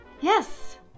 yes